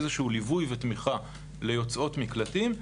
איזשהו ליווי ותמיכה ליוצאות מקלטים,